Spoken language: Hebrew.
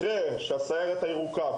אחרי ש- ׳הסיירת הירוקה׳,